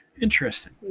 Interesting